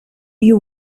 you